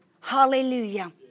Hallelujah